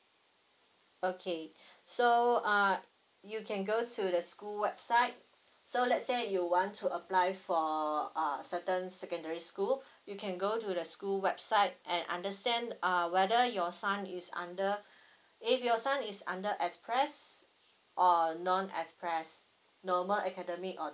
okay so uh you can go to the school website so let's say you want to apply for err certain secondary school you can go to the school website and understand uh whether your son is under if your son is under express or non express normal acedmic or